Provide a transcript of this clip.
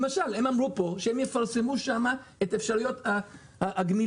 למשל אמרו שיפרסמו שם את אפשרויות הגמילה,